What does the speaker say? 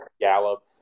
Gallup